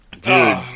Dude